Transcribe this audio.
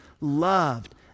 loved